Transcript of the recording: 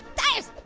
tires!